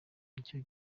nicyo